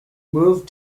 moved